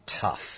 tough